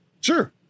Sure